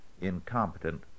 incompetent